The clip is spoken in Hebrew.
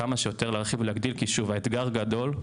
כמה שיותר להרחיב ולהגדיל, כי שוב, האתגר גדול.